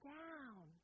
down